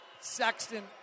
Sexton